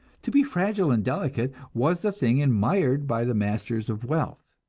to be fragile and delicate was the thing admired by the masters of wealth,